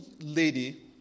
lady